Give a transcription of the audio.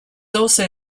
also